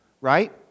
right